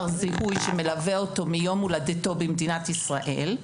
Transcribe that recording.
זיהוי שמלווה אותו מיום הולדתו במדינת ישראל,